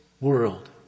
World